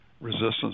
resistance